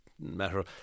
matter